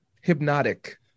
hypnotic